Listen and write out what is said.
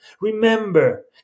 Remember